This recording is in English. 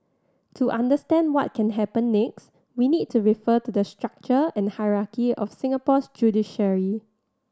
to understand what can happen next we need to refer to the structure and hierarchy of Singapore's judiciary